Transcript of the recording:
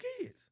kids